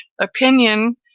opinion